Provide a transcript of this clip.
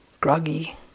groggy